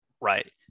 Right